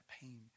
pain